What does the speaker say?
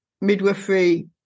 midwifery